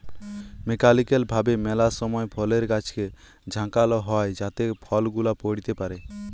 mechanical ভাবে ম্যালা সময় ফলের গাছকে ঝাঁকাল হই যাতে ফল গুলা পইড়তে পারে